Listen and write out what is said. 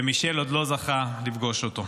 ומישל עוד לא זכה לפגוש אותו.